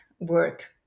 work